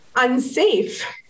unsafe